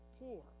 Poor